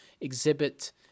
exhibit